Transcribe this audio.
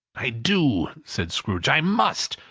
i do, said scrooge. i must.